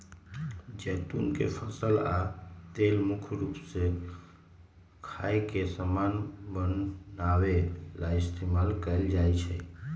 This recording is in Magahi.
जैतुन के फल आ तेल मुख्य रूप से खाए के समान बनावे ला इस्तेमाल कएल जाई छई